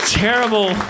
terrible